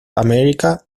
america